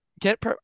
get